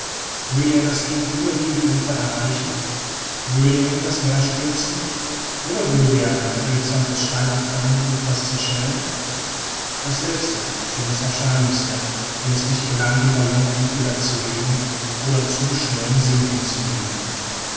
würde er das gegenüberliegende ufer erreichen würde er in das meer stürzen oder würde er an der felswand des steil abfallenden ufers zerschellen das letzte schien das wahrscheinlichste wenn es nicht gelang den ballon entweder zu heben oder zu schnellem sinken zu bringen